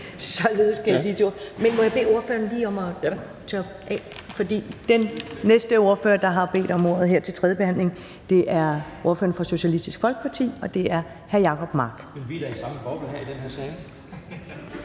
Således skal jeg sige tak til ordføreren, men må jeg lige bede ordføreren om at tørre af, for den næste ordfører, der har bedt om ordet her ved tredje behandling, er ordføreren for Socialistisk Folkeparti, og det er hr. Jacob Mark.